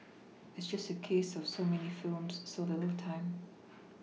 it's just a case of so many films so little time